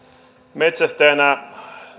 metsästäjänä